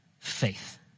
Faith